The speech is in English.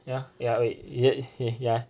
yeah ya wait y~ yeah